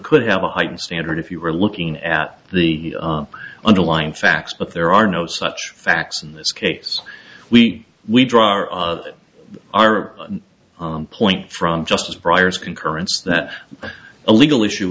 could have a heightened standard if you were looking at the underlying facts but there are no such facts in this case we we draw our our point from justice briar's concurrence that a legal issue